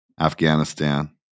Afghanistan